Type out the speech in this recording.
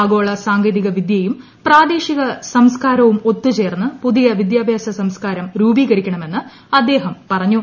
ആഗോള സാങ്കേതികവിദൃയും പ്രാദേശിക സംസ്കാരവും ഒത്തുചേർന്ന് പുതിയ വിദ്യാഭ്യാസ സംസ്കാരം രൂപീകരിക്കണമെന്ന് അദ്ദേഹിം പറഞ്ഞു